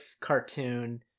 cartoon